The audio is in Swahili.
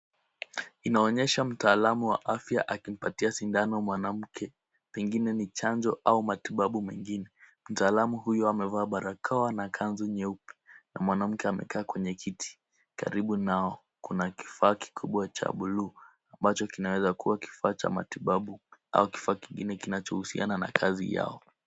Inaonyesha mtaalamu wa afya akimpatia sindano mwanamke. Pengine ni chanjo au matibabu mengine. Mtaalamu huyu amevaa barakoa na kanzu nyeupe na mwanamke amekaa kwenye kiti. Karibu nao kuna kifaa kikubwa cha bluu ambacho kinaweza kuwa kifaa cha matibabu au kifaa kingine kinachohusiana na kazi yao.